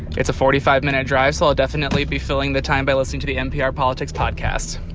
it's a forty five minute drive, so i'll definitely be filling the time by listening to the npr politics podcast.